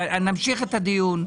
נמשיך את הדיון.